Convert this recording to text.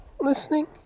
listening